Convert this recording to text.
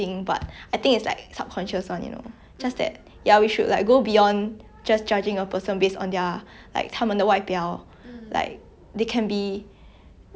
like 他们的外表 like they can be they can be trying their best to do things behind the scene you know ya so ya I agree